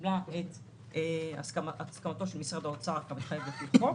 שקיבלה את הסכמתו של משרד האוצר כמתחייב לפי חוק.